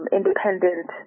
independent